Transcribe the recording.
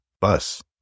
bus